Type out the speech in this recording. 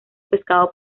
pescado